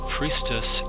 Priestess